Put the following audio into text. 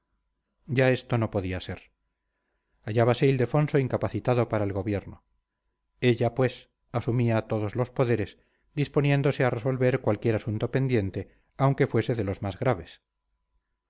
ya esto no podía ser hallábase ildefonso incapacitado para el gobierno ella pues asumía todos los poderes disponiéndose a resolver cualquier asunto pendiente aunque fuese de los más graves